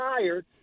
tired